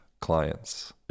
clients